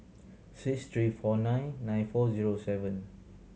six three four nine nine four zero seven